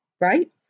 right